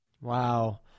Wow